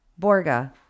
Borga